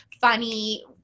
funny